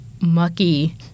mucky